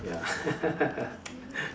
ya